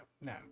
no